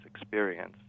experience